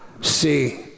See